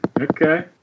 Okay